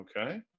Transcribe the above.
okay